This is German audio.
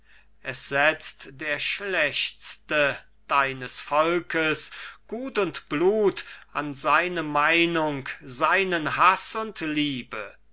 es setzt der schlechtste deines volkes gut und blut an seine meinung seinen haß und liebe